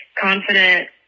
confident